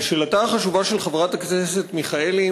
שאלתה החשובה של חברת הכנסת מיכאלי